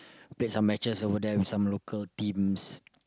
play some matches over there with some local teams